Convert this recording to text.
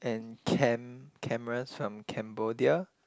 and cam cameras from Cambodia